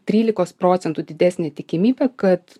trylikos procentų didesnę tikimybę kad